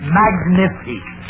magnificent